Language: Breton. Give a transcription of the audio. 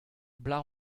bloaz